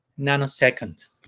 nanosecond